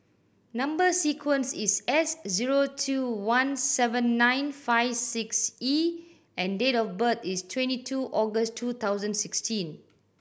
number sequence is S zero two one seven nine five six E and date of birth is twenty two August two thousand sixteen